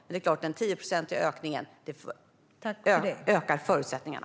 Men det är klart att en 10-procentig ökning av resurserna ökar förutsättningarna.